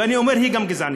ואני אומר שהיא גם גזענית.